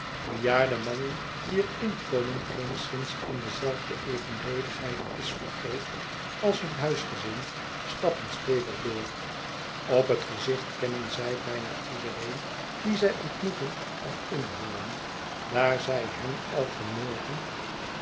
bejaarde mannen wier inkomen geenszins in dezelfde evenredigheid is vergroot als hun huisgezin stappen stevig door op het gezicht kennen zij bijna iedereen dien zij ontmoeten of inhalen daar zij hem